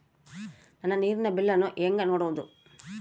ನನ್ನ ನೇರಿನ ಬಿಲ್ಲನ್ನು ಹೆಂಗ ನೋಡದು?